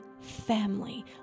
family